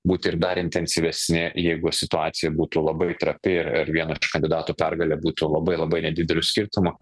būt ir dar intensyvesni jeigu situacija būtų labai trapi ir vieno iš kandidatų pergalė būtų labai labai nedideliu skirtumu